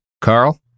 Carl